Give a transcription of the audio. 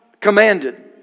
commanded